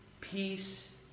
Peace